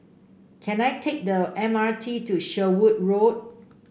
can I take the M R T to Sherwood Road